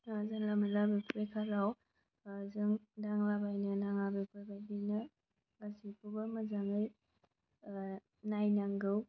जानला मानला मोब्लिब तारआव जों दांलाबायनो नाङा बेफोरबायदिनो गासैखौबो मोजाङै नायनांगौ